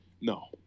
no